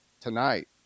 tonight